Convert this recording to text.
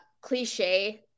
cliche